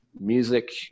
music